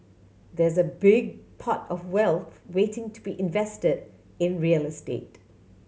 there's a big pot of wealth waiting to be invested in real estate